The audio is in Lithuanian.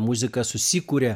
muzika susikuria